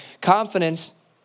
confidence